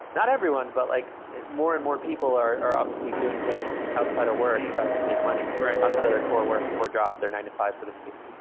not everyone, but like more and more people are are obviously doing things outside of work to make money, outside of their core work, core job, their nine to five so to speak.